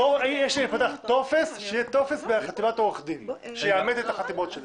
שיהיה טופס בחתימת עורך דין שיאמת את החתימות שלהם.